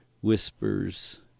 whispers